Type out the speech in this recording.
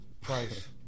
Price